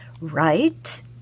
right